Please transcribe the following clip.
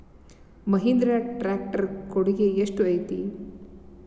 Mahindra tractor ಕೊಡುಗೆ ಎಷ್ಟು ಐತಿ?